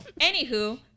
Anywho